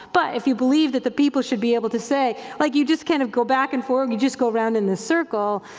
but if you believe that the people should be able to say, lik like you just kind of go back and forth, you just go around in the circle.